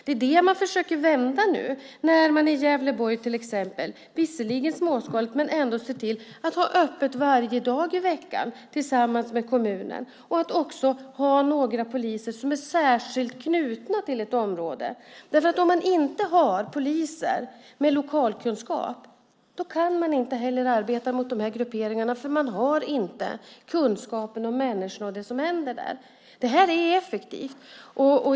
Det är det man försöker vända nu när man i Gävleborg till exempel ser till att ha öppet varje dag i veckan tillsammans med kommunen - det är visserligen småskaligt, men man gör det ändå - och att ha några poliser som är särskilt knutna till ett område. Om man inte har poliser med lokalkunskap kan man inte heller arbeta mot de här grupperingarna, för då har man inte kunskapen om människorna och det som händer där. Det här är effektivt.